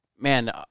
man